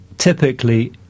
...typically